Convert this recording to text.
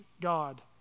God